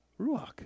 Ruach